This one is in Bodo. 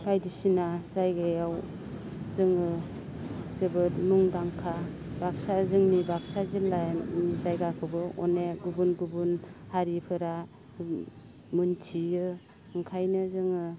बायदिसिना जायगायाव जोङो जोबोद मुंदांखा बाक्सा जोंनि बाक्सा जिल्लानि जायगाखौबो अनेख गुबुन गुबुन हारिफोरा मोन्थियो ओंखायनो जोङो